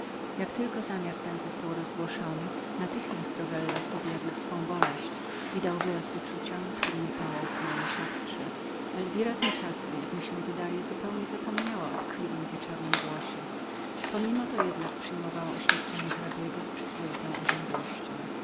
jak tylko zamiar ten został rozgłoszony natychmiast rowellas nie krył się z swoją boleścią jakoteż z uczniamiuczuciami któremi pałał ku mojej siostrze elwira tymczasem jak mi się wydaje zupełnie zapomniała o tkliwym wieczornym głosie pomimo to jednak przyjmowała oświadczenia hrabiego z przyzwoitą oziębłością